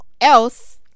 else